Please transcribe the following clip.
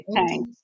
Thanks